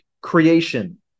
creation